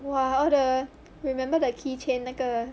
!wah! all the remember the key chain 那个